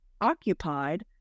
occupied